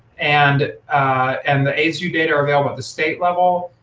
and and the aidsvu data are available at the state level.